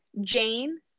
Jane